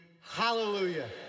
hallelujah